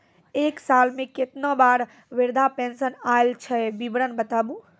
एक साल मे केतना बार वृद्धा पेंशन आयल छै विवरन बताबू?